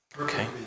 Okay